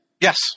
Yes